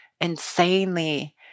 insanely